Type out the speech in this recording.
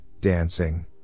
dancing